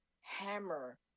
hammer